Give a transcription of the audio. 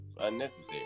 unnecessary